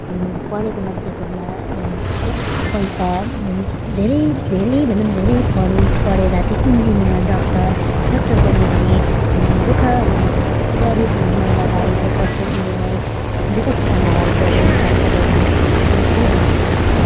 पढेको मान्छेकोमा पैसा धेरै धेरै भन्दा पनि धेरै पढोस् पढेर चाहिँ इन्जिनियर डक्टर डक्टर बन्यो भने दुःख गरिब महिलालाई दुःख सु उयोलाई दुःखसुखमा हेल्प गरोस् सहायता गरोस् त्यही भन्न चाहन्छु